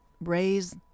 raise